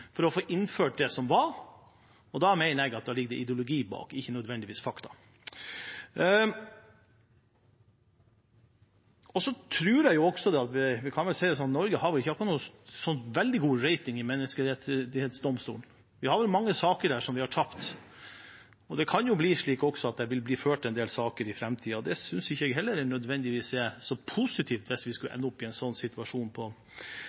for å få innført det som var, og da mener jeg det ligger ideologi bak – ikke nødvendigvis fakta. Jeg tror også, og vi kan vel si det sånn, at Norge har ikke akkurat så veldig god rating i Menneskerettighetsdomstolen. Vi har tapt mange saker der, og det kan vel også bli ført en del saker der i framtiden. Det synes jeg heller ikke nødvendigvis er så positivt hvis vi ender opp i en sånn situasjon på